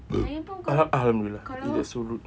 alham~ alhamdulillah it's like so rude